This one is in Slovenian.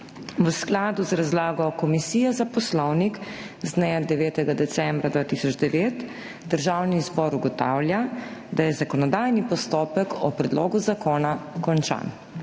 V skladu z razlago Komisije za poslovnik z dne 9. decembra 2009 Državni zbor ugotavlja, da je zakonodajni postopek o predlogu zakona končan.